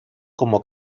como